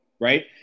right